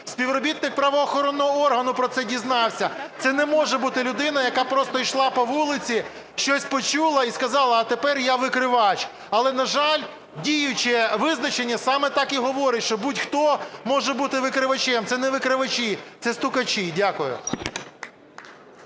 співробітник правоохоронного органу про це дізнався. Це не може бути людина, яка просто ішла по вулиці, щось почула і сказала, а тепер я – викривач. Але, на жаль, діюче визначення саме так і говорить, що будь-хто може бути викривачем. Це не викривачі, це стукачі. Дякую.